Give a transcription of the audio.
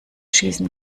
schießen